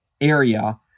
area